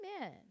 Amen